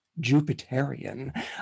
Jupiterian